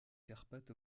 carpates